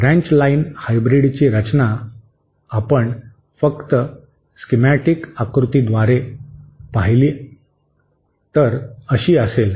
branch line हायब्रीडची रचना आपण फक्त स्किमॅटिक आकृतीद्वारे पाहिली तर अशी असेल